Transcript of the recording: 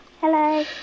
Hello